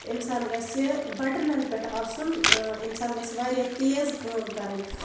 اِنسان گژھِ بَٹنن پٮ۪ٹھ آسُن اِنسان گژھِ واریاہ تیز کٲم کَرٕنۍ